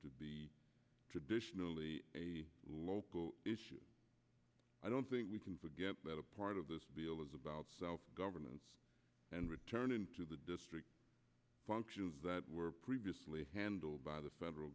to be traditionally local issues i don't think we can forget that a part of this deal is about self governance and returning to the district functions that were previously handled by the federal